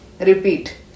repeat